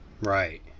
Right